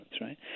right